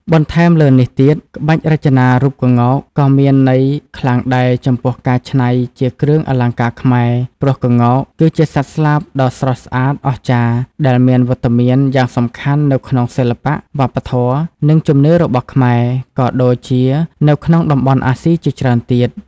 បន្ថែមលើនេះទៀត ក្បាច់រចនារូបក្ងោកក៏មានន័យខ្លាំងដែរចំពោះការច្នៃជាគ្រឿងអលង្ការខ្មែរ ព្រោះក្ងោក គឺជាសត្វស្លាបដ៏ស្រស់ស្អាតអស្ចារ្យ ដែលមានវត្តមានយ៉ាងសំខាន់នៅក្នុងសិល្បៈ វប្បធម៌ និងជំនឿរបស់ខ្មែរ ក៏ដូចជានៅក្នុងតំបន់អាស៊ីជាច្រើនទៀត។